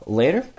later